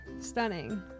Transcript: Stunning